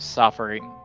suffering